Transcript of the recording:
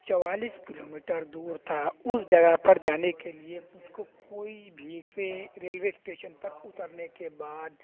چوالس kilometre دور تھا اس جگہ پر جانے کے لیے مجھ کو کوئی بھی ٹرین ریل وے اسٹیشن پر اترنے کے بعد